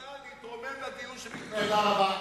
הוא לא מסוגל להתרומם לדיון שמתנהל פה.